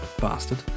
bastard